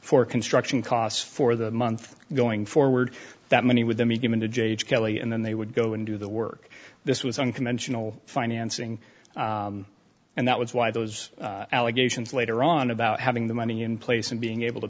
for construction costs for the month going forward that money with me given to j j kelly and then they would go and do the work this was unconventional financing and that was why those allegations later on about having the money and place and being able to